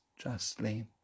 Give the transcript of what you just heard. justly